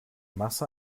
masse